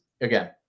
again